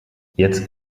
jetzt